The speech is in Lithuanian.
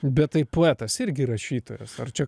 bet tai poetas irgi rašytojas ar čia